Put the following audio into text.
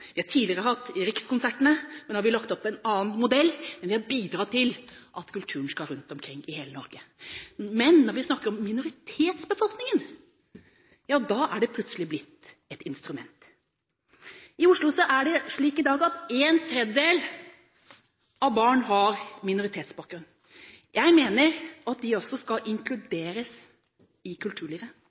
tidligere hatt Rikskonsertene. Nå har vi lagt opp til en annen modell, men vi har bidratt til at kulturen skal ut i hele Norge. Men når vi snakker om minoritetsbefolkningen, ja, da er det plutselig blitt et instrument. I Oslo er det i dag slik at en tredjedel av barna har minoritetsbakgrunn. Jeg mener at de også skal inkluderes i kulturlivet.